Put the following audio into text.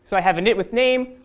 so i have initwithname,